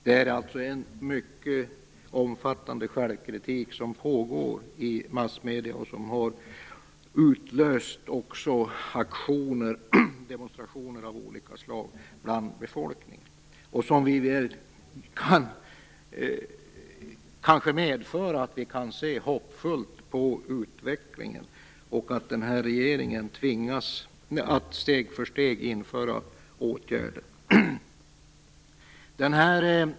Det är alltså en mycket omfattande självkritik som pågår i massmedierna och som också utlöst aktioner och demonstrationer av olika slag bland befolkningen. Detta kanske kan medföra att vi kan se hoppfullt på utvecklingen, och att regeringen steg för steg tvingas att införa åtgärder.